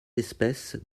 espèces